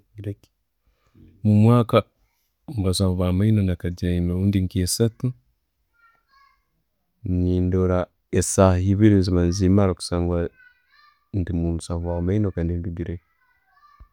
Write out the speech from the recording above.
Omuwaka, abasaho ba maino nagagyayo emirundi nke'esatu, nendora esaaha ebiri ziba nezimara kusangwa ndi wo'omusaho wamaino, ndugireyo.